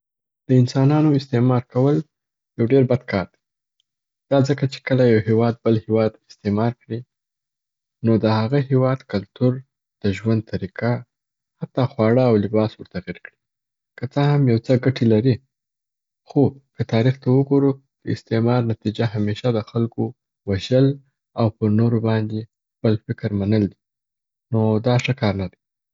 د انسانانو استعمار کول یو ډیر بد کار دی. دا ځکه چي کله یو هیواد بل هیواد استعمار کړي نو د هغه هیواد کلتور، د ژوند طریقه، حتا خواړه او لباس ور تغیر کړي. که څه هم یو څه ګټه لري، خو که تاریخ ته وګرو، د استعمار نتیجه همیشه د خلګو وژل او پر نورو باندي د خپل فکر منل دي. نو دا ښه کار نه دی.